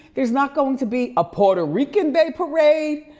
there's not going to be a puerto rican day parade?